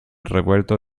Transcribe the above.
revuelto